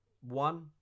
one